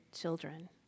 children